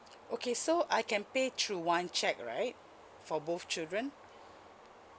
okay so I can pay through one cheque right for both children